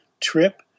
trip